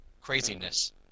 craziness